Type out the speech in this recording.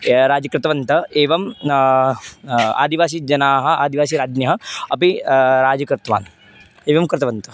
ए राज्यं कृतवन्तः एवं आदिवासीजनाः आदिवासीराज्ञः अपि राज्यं कृतवान् एवं कृतवन्तः